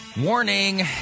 Warning